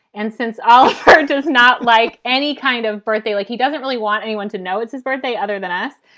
and since all it does not like any kind of birthday, like he doesn't really want anyone to know it's his birthday. other than us,